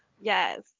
Yes